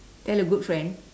tell a good friend